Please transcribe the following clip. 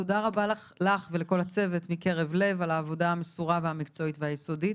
תודה רבה לך ולכל הצוות מקרב לב על העבודה המסורה והמקצועית והיסודית.